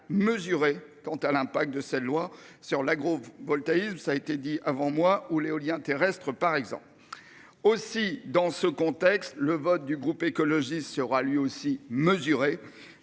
quant à l'impact de cette loi sur l'agro-Voltalis. Ça a été dit avant moi, ou l'éolien terrestre par exemple. Aussi, dans ce contexte, le vote du groupe écologiste sera lui aussi mesurer,